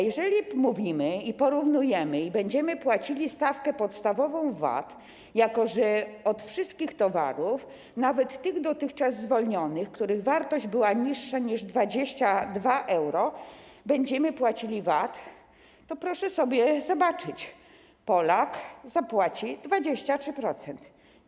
Jeżeli mówimy i porównujemy: będziemy płacili stawkę podstawową VAT - jako że od wszystkich towarów, nawet tych dotychczas zwolnionych, których wartość była niższa niż 22 euro, będziemy płacili VAT - to proszę sobie zobaczyć: Polak zapłaci 23%,